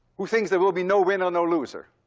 who thinks there will be no winner, no loser?